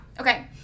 Okay